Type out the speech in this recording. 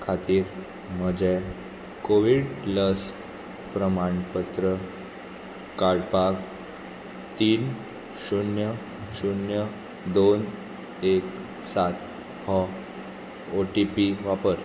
खातीर म्हजें कोवीड लस प्रमाणपत्र काडपाक तीन शुन्य शुन्य दोन एक सात हो ओ टी पी वापर